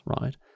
right